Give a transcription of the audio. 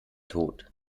tod